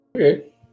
okay